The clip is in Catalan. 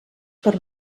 per